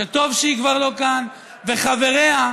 שטוב שהיא כבר לא כאן, וחבריה,